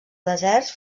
deserts